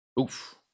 oof